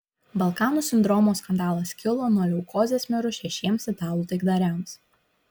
balkanų sindromo skandalas kilo nuo leukozės mirus šešiems italų taikdariams